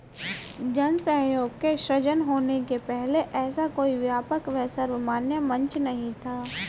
जन सहयोग के सृजन होने के पहले ऐसा कोई व्यापक व सर्वमान्य मंच नहीं था